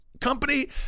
company